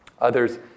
Others